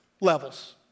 levels